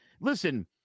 Listen